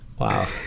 wow